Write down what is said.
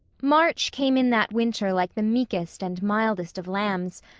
march came in that winter like the meekest and mildest of lambs,